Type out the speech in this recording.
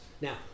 Now